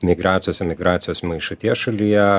migracijos emigracijos maišaties šalyje